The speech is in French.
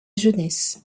jeunesse